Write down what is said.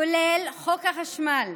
כולל חוק החשמל,